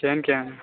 केहन केहन